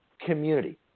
community